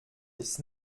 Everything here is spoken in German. ist